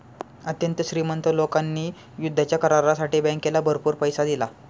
अत्यंत श्रीमंत लोकांनी युद्धाच्या करारासाठी बँकेला भरपूर पैसा दिला